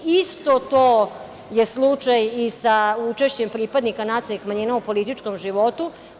Isto to je slučaj i sa učešćem pripadnika nacionalnih manjina u političkom životu.